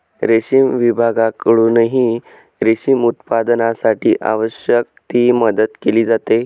रेशीम विभागाकडूनही रेशीम उत्पादनासाठी आवश्यक ती मदत केली जाते